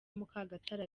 mukagatare